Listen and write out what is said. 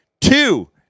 two